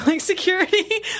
security